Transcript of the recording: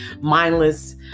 mindless